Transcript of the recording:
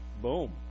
Boom